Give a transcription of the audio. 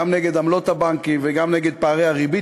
גם נגד עמלות הבנקים וגם נגד פערי הריבית